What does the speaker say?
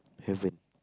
haven't